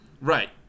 Right